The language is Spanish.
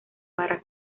para